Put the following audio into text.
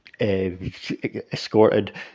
escorted